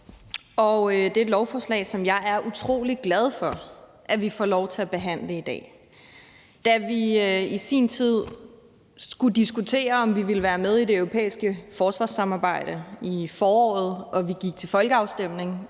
det er et lovforslag, som jeg er utrolig glad for at vi får lov til at behandle i dag. Da vi i sin tid – i foråret – skulle diskutere, om vi ville være med i det europæiske forsvarssamarbejde og vi gik til folkeafstemning